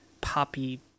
poppy